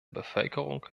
bevölkerung